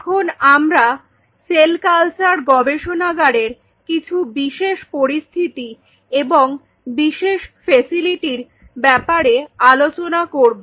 এখন আমরা cell culture গবেষণাগারের কিছু বিশেষ পরিস্থিতি এবং বিশেষ ফেসিলিটির ব্যাপারে আলোচনা করব